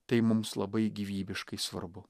tai mums labai gyvybiškai svarbu